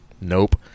Nope